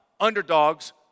underdogs